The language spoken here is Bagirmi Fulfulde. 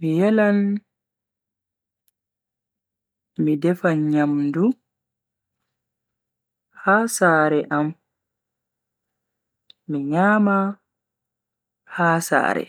Mi yelan mi defa nyamdu ha sare am, mi nyama ha sare.